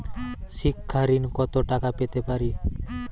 শিক্ষা ঋণ কত টাকা পেতে পারি?